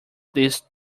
these